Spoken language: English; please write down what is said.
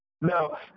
No